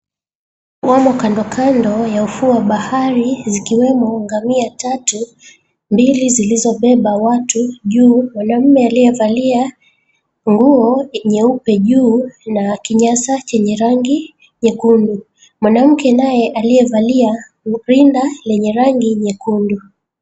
Wamo kandokando ya ufuo wa bahari zikiwemo ngamia tatu mbili zilizobeba watu. Juu mwanamume aliyevalia nguo nyeupe juu na kinyasa chenye rangi nyekundu. Mwanamke naye aliyevalia rinda lenye rangi nyekundu.